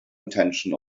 intention